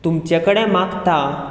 तुमचे कडेन मागतां